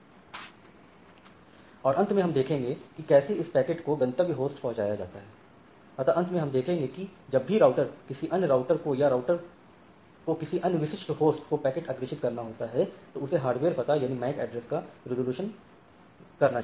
Refer Time 3640 और अंत में हम देखेंगे कि कैसे इस पैकेट को गंतव्य होस्ट पहुंचाया जाता है अतः अंत में हम में देखेंगे कि जब भी राउटर किसी अन्य राउटर को या राउटर को किसी अन्य विशिष्ट होस्ट को पैकेट अग्रेषित करना होता है तो उसे हार्डवेयर पता का रेजोल्यूशनप्राप्त करना चाहिए